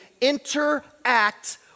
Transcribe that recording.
interact